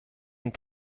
and